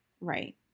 Right